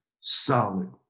solid